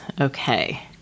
Okay